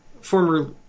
former